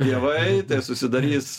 mielai susidarys